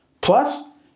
Plus